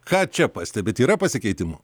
ką čia pastebit yra pasikeitimų